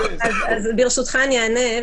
ברשותך, אני אענה.